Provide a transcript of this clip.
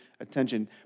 attention